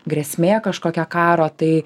grėsmė kažkokia karo tai